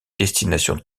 destination